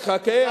חכה,